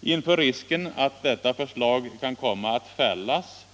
Inför risken att detta förslag kan komma att fällas